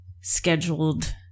scheduled